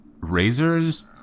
razors